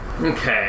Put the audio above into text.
Okay